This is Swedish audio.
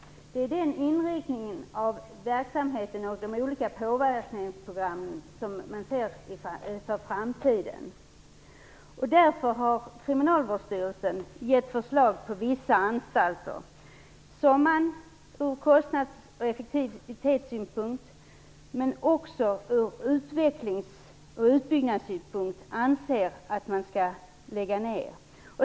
Det är en sådan inriktning av verksamheten på olika påverkansprogram som man vill se inför framtiden. Kriminalvårdsstyrelsen har därför angivit att vissa anstalter ur kostnads och effektivitetssynpunkt men också av utvecklings och utbyggnadsskäl bör läggas ned.